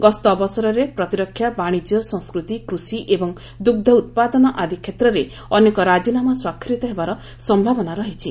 ଗସ୍ତ ଅବସରରେ ପ୍ରତିରକ୍ଷା ବାଣିଜ୍ୟ ସଂସ୍କୃତି କୃଷି ଏବଂ ଦୁଗ୍ଧ ଉତ୍ପାଦନ ଆଦି କ୍ଷେତ୍ରରେ ଅନେକ ରାଜିନାମା ସ୍ୱାକ୍ଷରିତ ହେବାର ସମ୍ଭାବନା ରହିଛି